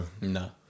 No